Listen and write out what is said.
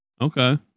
Okay